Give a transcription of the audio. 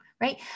Right